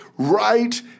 Right